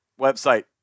website